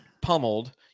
pummeled